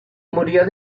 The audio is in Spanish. murió